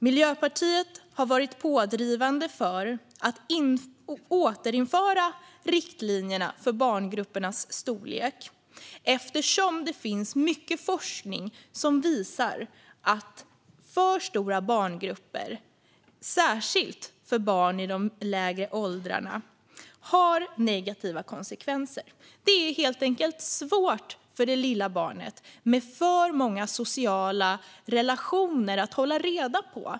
Miljöpartiet har varit pådrivande för att återinföra riktlinjerna för barngruppernas storlek eftersom det finns mycket forskning som visar att för stora barngrupper har negativa konsekvenser, särskilt för barn i de lägre åldrarna. Det är helt enkelt svårt för det lilla barnet med för många sociala relationer att hålla reda på.